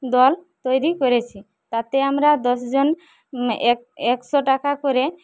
দল তৈরি করেছি তাতে আমরা দশজন এক একশো টাকা করে